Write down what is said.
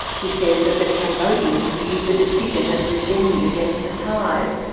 he says that the cambodians viewed the decision as revenge against the thais,